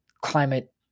climate